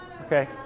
Okay